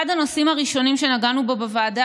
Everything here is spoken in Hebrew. אחד הנושאים הראשונים שנגענו בהם בוועדה